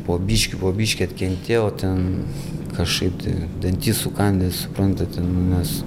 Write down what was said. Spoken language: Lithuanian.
po biškį buvo biškį atkentėjau ten kažkaip dantis sukandęs suprantat nes